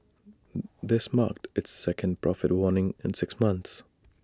this marked its second profit warning in six months